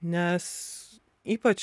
nes ypač